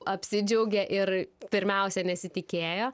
apsidžiaugė ir pirmiausia nesitikėjo